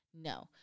No